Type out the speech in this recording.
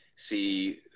See